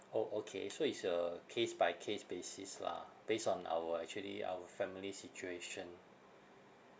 orh okay so it's a case by case basis lah based on our actually our family situation